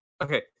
Okay